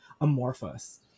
amorphous